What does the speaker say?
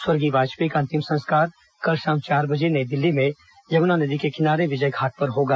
स्वर्गीय वाजपेयी का अंतिम संस्कार कल शाम चार बजे नई दिल्ली में यमुना नदी के किनारे विजयघाट पर होगा